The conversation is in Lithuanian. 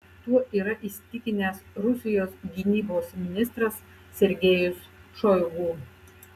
tuo yra įsitikinęs rusijos gynybos ministras sergejus šoigu